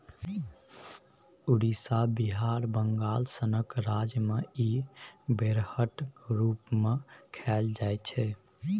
उड़ीसा, बिहार, बंगाल सनक राज्य मे इ बेरहटक रुप मे खाएल जाइ छै